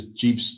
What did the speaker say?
Jeep's